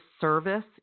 service